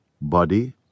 body